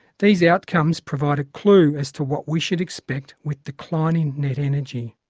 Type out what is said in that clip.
these outcomes provide a clue as to what we should expect with declining net-energy.